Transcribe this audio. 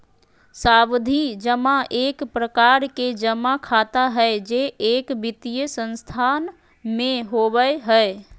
सावधि जमा एक प्रकार के जमा खाता हय जे एक वित्तीय संस्थान में होबय हय